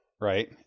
right